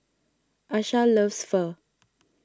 Asha loves Pho